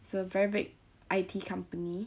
it's a very big I_T company